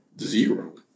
Zero